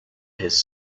his